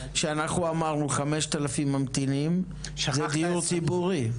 שאנחנו אמרנו 5,000 ממתנים זה דיור ציבורי.